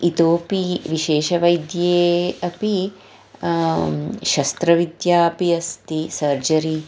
इतोऽपि विशेषवैद्ये अपि शस्त्रविद्या अपि अस्ति सर्जरी